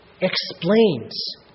explains